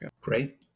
Great